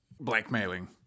blackmailing